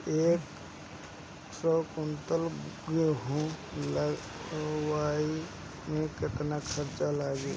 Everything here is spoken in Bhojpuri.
एक सौ कुंटल गेहूं लदवाई में केतना खर्चा लागी?